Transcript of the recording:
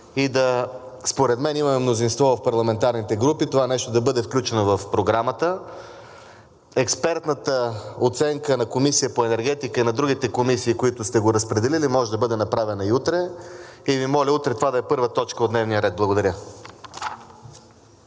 някаква почивка –имаме мнозинство в парламентарните групи – и това нещо да бъде включено в програмата. Експертната оценка на Комисията по енергетика и на другите комисии, на които сте го разпределили, може да бъде направена и утре и Ви моля утре това да е първа точка от дневния ред. Благодаря.